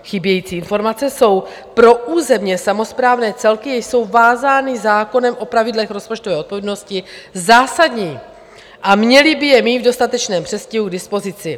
Chybějící informace jsou pro územně samosprávné celky vázány zákonem o pravidlech rozpočtové odpovědnosti zásadní a měly by je mít v dostatečném předstihu k dispozici.